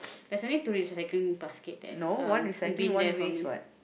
there's only tourists cycling basket there uh bin there for me